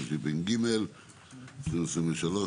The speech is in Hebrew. התשפ"ג-2023,